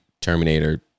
Terminator